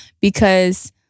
because-